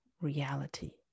reality